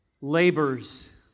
labors